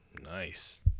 nice